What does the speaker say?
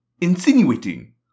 insinuating